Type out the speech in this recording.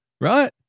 right